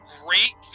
great